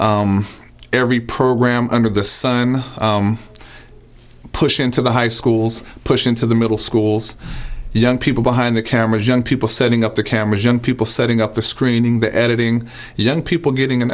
every program under the sun pushed into the high schools pushed into the middle schools young people behind the cameras young people setting up the cameras young people setting up the screening the editing young people getting an